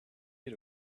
you